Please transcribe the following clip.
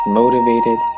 motivated